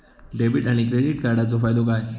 Debit आणि credit कार्डचो फायदो काय?